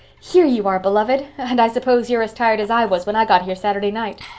here you are, beloved! and i suppose you're as tired as i was when i got here saturday night.